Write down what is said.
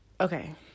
okay